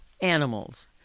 Animals